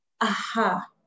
aha